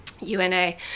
UNA